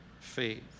faith